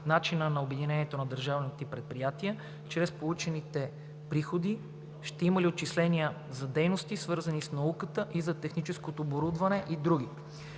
начина на обединението на държавните предприятия, чрез получените приходи ще има ли отчисления за дейности, свързани с науката и за техническото оборудване и други.